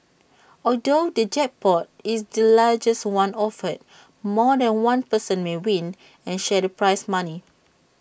although the jackpot is the largest one offered more than one person may win and share the prize money